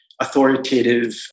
authoritative